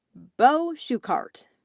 beau schuchart,